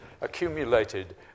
accumulated